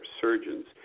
surgeons